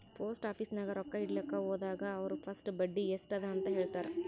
post office ನಾಗ್ ರೊಕ್ಕಾ ಇಡ್ಲಕ್ ಹೋದಾಗ ಅವ್ರ ಫಸ್ಟ್ ಬಡ್ಡಿ ಎಸ್ಟ್ ಅದ ಅಂತ ಹೇಳ್ತಾರ್